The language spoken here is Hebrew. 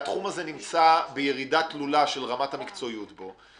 והתחום הזה נמצא בירידה תלולה של רמת המקצועיות בו.